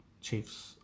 Chiefs